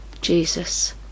Jesus